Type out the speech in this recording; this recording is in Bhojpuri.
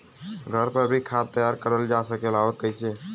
घर पर भी खाद तैयार करल जा सकेला और कैसे?